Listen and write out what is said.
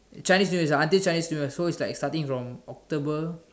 Chinese new year it's until Chinese new year so it's like starting from October